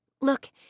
Look